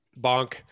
Bonk